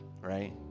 right